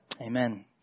Amen